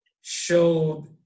showed